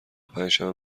پنجشنبه